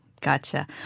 Gotcha